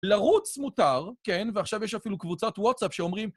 לרוץ מותר, כן, ועכשיו יש אפילו קבוצת וואטסאפ שאומרים...